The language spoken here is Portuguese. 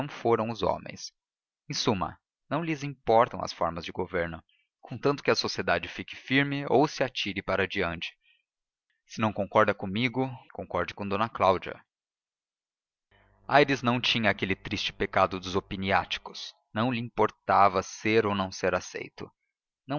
foram homens em suma não lhes importam formas de governo contanto que a sociedade fique firme ou se atire para diante se não concorda comigo concorde com d cláudia aires não tinha aquele triste pecado dos opiniáticos não lhe importava ser ou não aceito